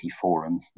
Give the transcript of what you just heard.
forum